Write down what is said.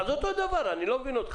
אזס אותו דבר אני לא מבין אותך.